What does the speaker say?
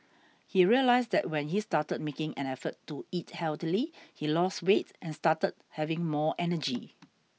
he realised that when he started making an effort to eat healthily he lost weight and started having more energy